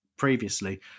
Previously